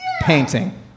Painting